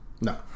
No